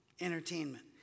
entertainment